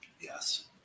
Yes